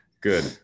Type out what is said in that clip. good